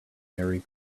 merry